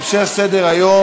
עכשיו,